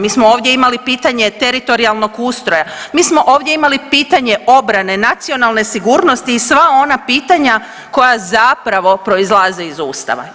Mi smo ovdje imali pitanje teritorijalnog ustroja, mi smo ovdje imali pitanje obrane nacionalne sigurnosti i sva ona pitanja koja zapravo proizlaze iz Ustava.